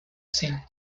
scene